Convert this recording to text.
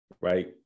right